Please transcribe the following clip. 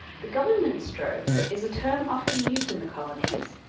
the government stroke is a term often used in the colonies,